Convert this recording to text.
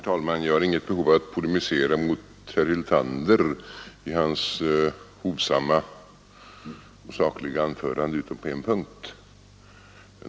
Herr talman! Jag har inget behov av att polemisera mot herr Hyltander i hans hovsamma, sakliga anförande utom på en punkt.